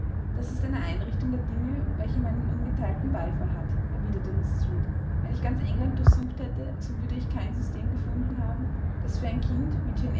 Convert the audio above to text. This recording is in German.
das ist eine einrichtung der dinge welche meinen ungeteilten beifall hat erwiderte mrs reed wenn ich ganz england durchsucht hätte so würde ich kein system gefunden haben das für ein kind